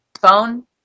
phone